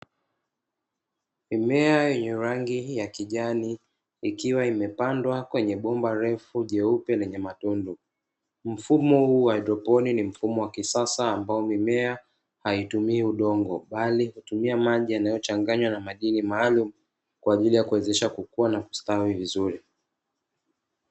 Mimea yenye rangi ya kijani, ikiwa imepandwa kwenye bomba refu jeupe lenye matundu. Mfumo huu wa haidroponi ni mfumo wa kisasa ambao mimea haitumii udongo, bali hutumia maji yanayochanganywa na madini maalumu, kwa ajili ya kuwezesha kukua na kustawi vizuri.